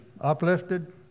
uplifted